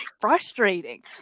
frustrating